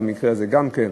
במקרה הזה גם כן,